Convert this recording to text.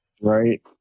Right